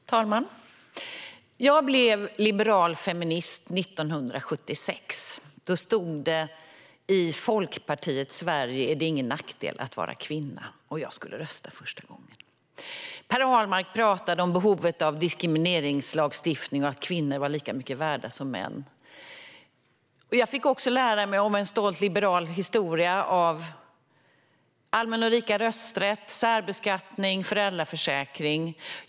Herr talman! Jag blev liberal feminist 1976. Då stod det "I Folkpartiets Sverige är det ingen nackdel att vara kvinna", och jag skulle rösta för första gången. Per Ahlmark talade om behovet av diskrimineringslagstiftning och att kvinnor var lika mycket värda som män. Jag fick också lära mig om en stolt liberal historia av allmän och lika rösträtt, särbeskattning och föräldraförsäkring.